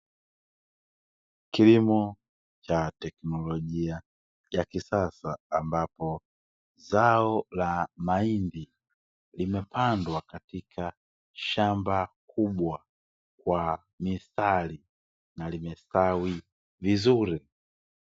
Kilimo cha teknolojia ya kisasa ambapo zao la mahindi limepandwa katika shamba kubwa kwa mistari na limestawi vizuri.